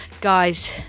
Guys